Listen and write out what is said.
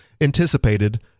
anticipated